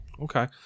okay